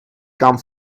come